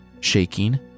shaking